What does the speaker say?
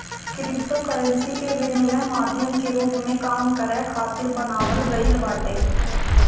cryptocurrency के विनिमय माध्यम के रूप में काम करे खातिर बनावल गईल बाटे